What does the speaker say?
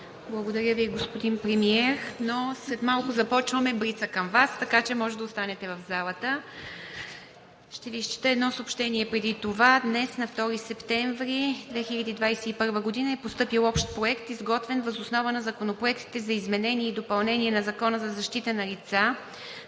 Благодаря Ви, господин Премиер. След малко започваме блицконтрола към Вас, така че може да останете в залата. Ще Ви прочета едно съобщение преди това: Днес, на 2 септември 2021 г., е постъпил Общ проект, изготвен въз основа на законопроектите за изменение и допълнение на Закона за защита на лица,